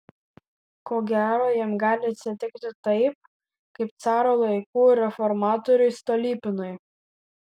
ko gero jam gali atsitikti taip kaip caro laikų reformatoriui stolypinui